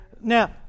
Now